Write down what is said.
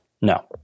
No